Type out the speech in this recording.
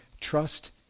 trust